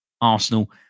Arsenal